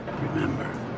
Remember